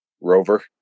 Rover